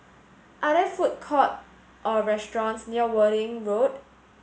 are there food court or restaurants near Worthing Road